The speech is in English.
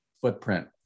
footprint